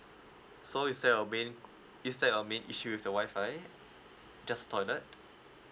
so is there a main is there a main issue with the WI-FI just toilet